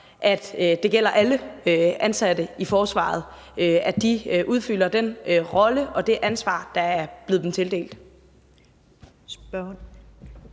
og det gælder alle ansatte i forsvaret, at de udfylder den rolle og det ansvar, der er blevet dem tildelt.